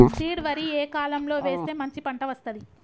Seed వరి ఏ కాలం లో వేస్తే మంచి పంట వస్తది?